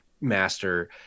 master